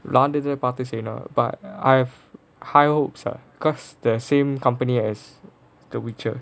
நான் வந்து பாத்து செய்யணும்:naan vanthu paathu seiyanum but I have high hopes ah because the same company as the witcher